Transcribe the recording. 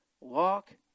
Walk